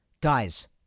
Guys